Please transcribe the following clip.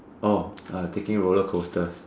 orh taking roller coasters